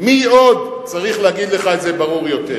מי עוד צריך להגיד לך את זה ברור יותר?